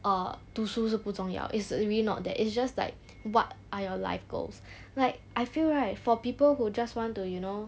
err 读书是不重要 it's really not that it's just like what are your life goals like I feel right for people who just want to you know